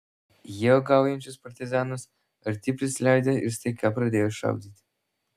jie uogaujančius partizanus arti prisileido ir staiga pradėjo šaudyti